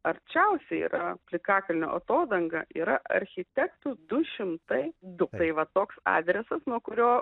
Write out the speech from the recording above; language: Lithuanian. arčiausiai yra plikakalnio atodanga yra architektų du šimtai du tai va toks adresas nuo kurio